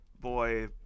boy